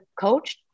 coach